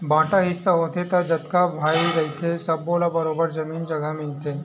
बांटा हिस्सा होथे त जतका भाई रहिथे सब्बो ल बरोबर जमीन जघा मिलथे